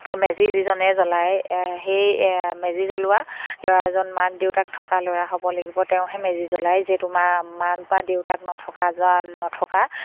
মেজি যিজনে জ্বলায় সেই মেজি জ্বলোৱা ল'ৰা এজন মাক দেউতাক থকা ল'ৰা হ'ব লাগিব তেওঁহে মেজি জ্বলায় যিহেতু মা মাক বা দেউতাক নথকা যোৱা নথকা